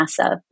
NASA